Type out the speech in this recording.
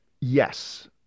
Yes